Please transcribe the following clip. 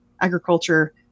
agriculture